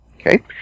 Okay